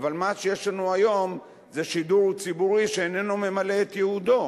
אבל מה שיש לנו היום זה שידור ציבורי שאיננו ממלא את ייעודו,